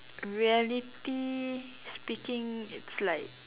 reality speaking it's like